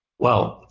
well,